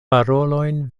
parolojn